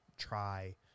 try